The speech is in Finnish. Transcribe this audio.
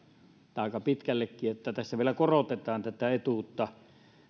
tai aika pitkällekin tässä vielä korotetaan tätä etuutta